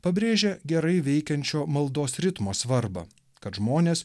pabrėžia gerai veikiančio maldos ritmo svarbą kad žmonės